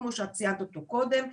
כמו שאת ציינת אותו קודם.